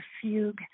fugue